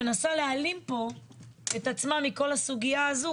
מנסה להעלים פה את עצמה מכל הסוגיה הזו,